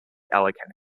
allegheny